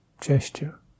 gesture